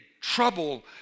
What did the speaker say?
trouble